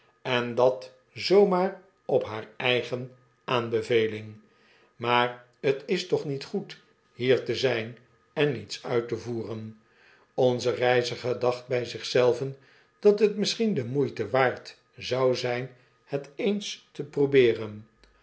en dat zoo maar op haar eigen aanbeveling maar t is toch niet goed hier te zijn en niets uit te voeren onze reiziger dacht bij zich zelven dat het misschien de moeite waard zou zijn het eens te probeeren